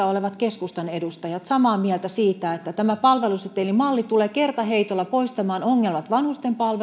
olevat keskustan edustajat samaa mieltä siitä että tämä palvelusetelimalli tulee kertaheitolla poistamaan ongelmat vanhusten palveluista